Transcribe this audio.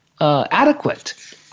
adequate